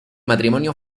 matrimonio